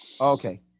Okay